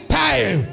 time